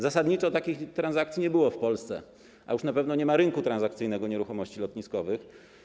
Zasadniczo takich transakcji nie było w Polsce, a już na pewno nie ma rynku transakcyjnego nieruchomości lotniskowych.